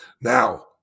now